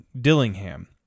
Dillingham